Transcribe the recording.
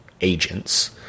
agents